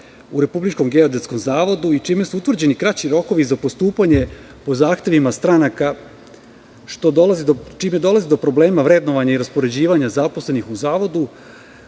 u Republičkom geodetskom zavodu i čime su utvrđeni kraći rokovi za postupanje po zahtevima stranaka, čime dolazi do problema vrednovanja i raspoređivanja zaposlenih u Zavodu,